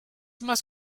más